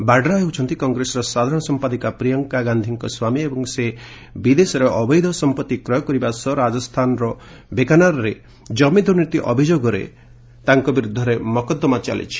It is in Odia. ବାଡ୍ରା ହେଉଛନ୍ତି କଂଗ୍ରେସର ସାଧାରଣ ସଂପାଦିକା ପ୍ରିୟଙ୍କା ଗାନ୍ଧୀଙ୍କ ସ୍ୱାମୀ ଏବଂ ସେ ବିଦେଶରେ ଅବୈଧ ସମ୍ପଭି କ୍ରୟ କରିବା ସହ ରାଜସ୍ଥାନର ବିକାନିର୍ରେ ଏକ ଜମି ଦୂର୍ନୀତି ଅଭିଯୋଗରେ ତାଙ୍କ ବିରୁଦ୍ଧରେ ମକଦ୍ଦମା ଚାଲିଛି